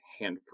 handprint